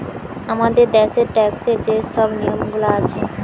আমাদের দ্যাশের ট্যাক্সের যে শব নিয়মগুলা আছে